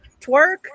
twerk